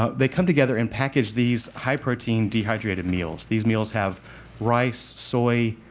they come together and package these high protein dehydrated meals. these meals have rice, soy,